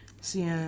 see